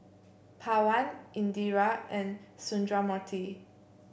Pawan Indira and Sundramoorthy